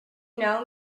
know